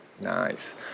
Nice